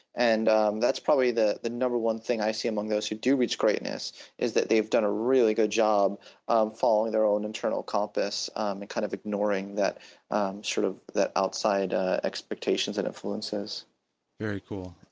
and um that's probably that the number one thing i see among those who do reach greatness is that they've done a really good job of following their own internal compass, and kind of ignoring that sort of, that outside ah expectations and influences very cool.